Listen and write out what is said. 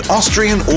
Austrian